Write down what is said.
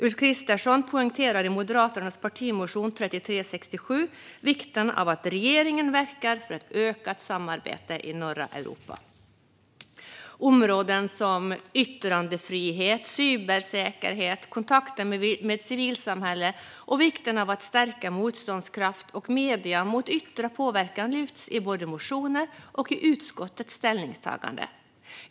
Ulf Kristersson poängterar i Moderaternas partimotion 3367 vikten av att regeringen verkar för ett ökat samarbete i norra Europa. Områden som yttrandefrihet, cybersäkerhet, kontakten med civilsamhället och vikten av att stärka motståndskraften och medierna mot yttre påverkan lyfts både i motioner och i utskottets ställningstagande.